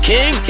King